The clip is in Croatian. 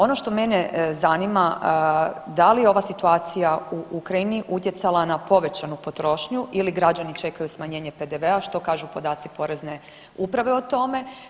Ono što mene zanima da li je ova situacija u Ukrajini utjecala na povećanu potrošnju ili građani čekaju smanjenje PDV-a, što kažu podaci porezne uprave o tome?